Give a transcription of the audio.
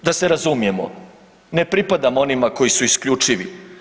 Da se razumijemo, ne pripadamo onima koji su isključivi.